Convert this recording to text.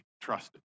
trusted